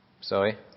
Sorry